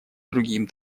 другим